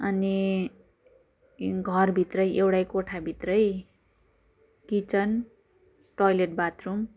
अनि त्यहीँ घरभित्रै एउटा कोठाभित्रै किचन टोयलेट बाथरूम